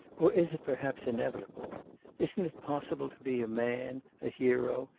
or is it, perhaps, inevitable isn't it possible to be a man, a hero,